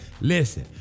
Listen